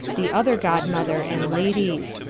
the other godmother, and ladies.